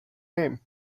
name